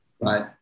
right